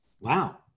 wow